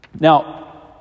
Now